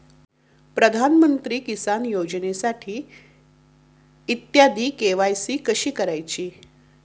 प्रधानमंत्री किसान योजनेसाठी इ के.वाय.सी कशी करायची?